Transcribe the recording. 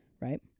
right